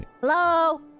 Hello